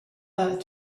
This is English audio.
that